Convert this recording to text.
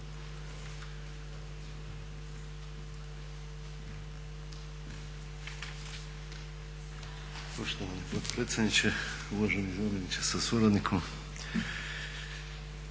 Poštovani potpredsjedniče, uvaženi zamjeniče sa suradnikom.